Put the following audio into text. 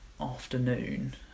afternoon